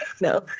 No